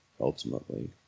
ultimately